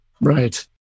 Right